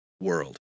world